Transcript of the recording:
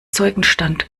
zeugenstand